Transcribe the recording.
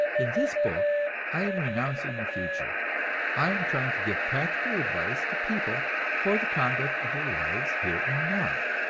in this book i am renouncing the future i am trying to give practical advice to people, for the conduct of their lives here and now,